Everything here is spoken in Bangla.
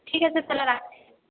ঠিক আছে তাহলে রাখছি